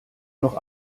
noch